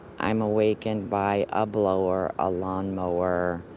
i'm ah wakened by a blower, a lawn mower,